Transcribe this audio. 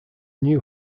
new